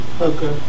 Okay